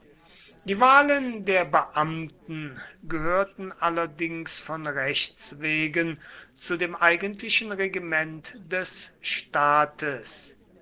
die wahlen der beamten gehörten allerdings von rechts wegen zu dem eigentlichen regiment des staates